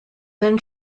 then